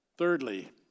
Thirdly